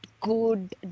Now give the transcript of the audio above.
good